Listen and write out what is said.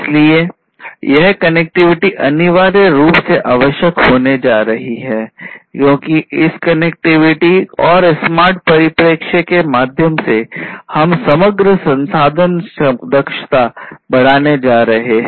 इसलिए यह कनेक्टिविटी अनिवार्य रूप से आवश्यक होने जा रही है क्योंकि इस कनेक्टिविटी और स्मार्ट परिप्रेक्ष्य के माध्यम से हम समग्र संसाधन दक्षता बढ़ाने जा रहे हैं